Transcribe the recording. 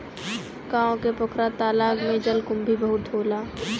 गांव के पोखरा तालाब में जलकुंभी बहुते होला